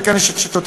וכאן יש הקלות.